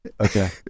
Okay